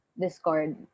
Discord